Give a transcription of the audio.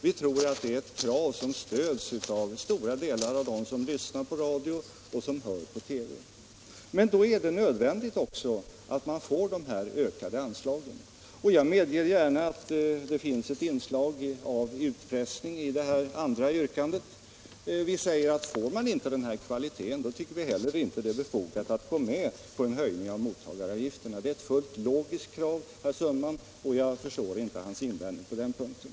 Vi tror det är ett krav som stöds av stora delar av dem som lyssnar på radion och ser på TV, men då är det också nödvändigt att Sveriges Radio får dessa ökade anslag. Jag medger gärna att det finns ett inslag av utpressning i det andra yrkandet, där vi säger att får man inte den här kvaliteten, då tycker vi heller inte det är befogat att gå med på en höjning av mottagaravgifterna. Det är ett fullt logiskt krav, och jag förstår därför inte herr Sundmans invändning på den punkten.